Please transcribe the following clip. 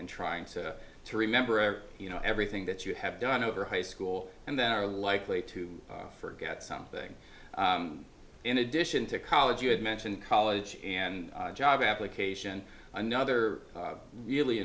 and trying to remember you know everything that you have done over high school and then are likely to forget something in addition to college you had mentioned college and job application another really